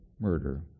murder